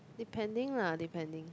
depending lah depending